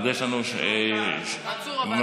מנסור עבאס.